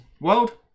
World